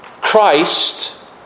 Christ